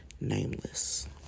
nameless